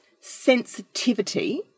sensitivity